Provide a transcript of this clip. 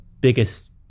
biggest